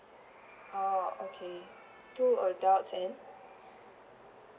oh okay two adults and